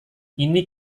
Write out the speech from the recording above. ini